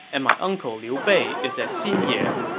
and my uncle liu bei is at xinye.